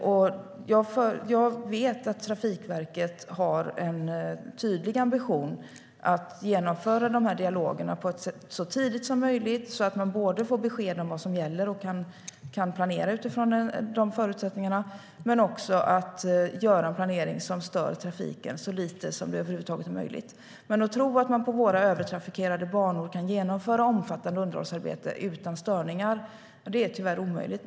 Jag vet att Trafikverket har en tydlig ambition att genomföra dialogerna så tidigt som möjligt så att man får besked om vad som gäller och kan planera utifrån dessa förutsättningar. Man ska också göra en planering som stör trafiken så lite som det över huvud taget är möjligt. Vi ska dock inte tro att man på våra övertrafikerade banor kan genomföra omfattande underhållsarbete utan störningar. Det är tyvärr omöjligt.